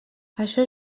això